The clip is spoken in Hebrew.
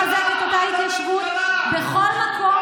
לחזור ולחזק את אותה התיישבות בכל מקום,